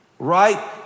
Right